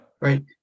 right